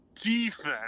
Defense